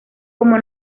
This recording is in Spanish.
como